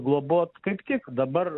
globot kaip tik dabar